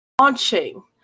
launching